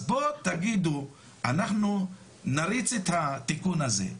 אז בואו תגידו אנחנו נריץ את התיקון הזה.